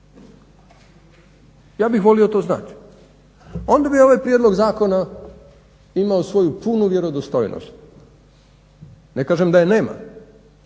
Ja bih volio to znati, onda bi ovaj prijedlog zakona imao svoju punu vjerodostojnost. Ne kažem da je nema